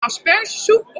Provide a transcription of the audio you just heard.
aspergesoep